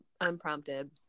unprompted